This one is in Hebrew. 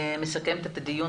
מסכמת את הדיון.